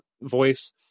voice